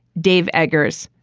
dave eggers.